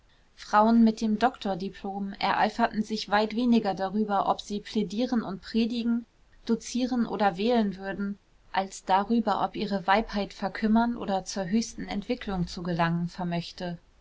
frauen mit dem doktordiplom ereiferten sich weit weniger darüber ob sie plädieren und predigen dozieren oder wählen würden als darüber ob ihre weibheit verkümmern oder zur höchsten entwicklung zu gelangen vermöchte